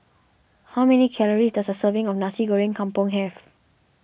how many calories does a serving of Nasi Goreng Kampung have